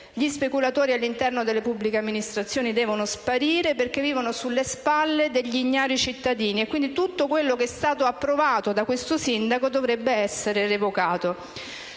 Gli speculatori all'interno delle pubbliche amministrazioni devono sparire perché vivono sulle spalle degli ignari cittadini; quindi tutto quello che è stato approvato da questo sindaco dovrebbe essere revocato.